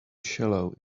shallow